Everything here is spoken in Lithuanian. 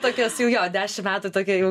tokias jau jo dešim metų tokia jau